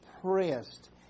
pressed